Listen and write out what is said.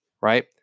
right